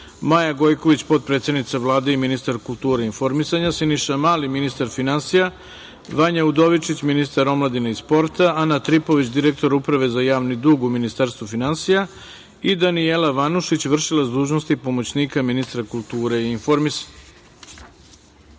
Maja Gojković, potpredsednica Vlade i ministar kulture i informisanja, Siniša Mali, ministar finansija, Vanja Udovičić, ministar omladine i sporta, Ana Tripović, direktor Uprave za javni dug u Ministarstvu finansija i Danijela Vanušić, v.d. pomoćnika ministra kulture i informisanja. Prva